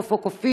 קוף או קופיף,